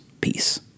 peace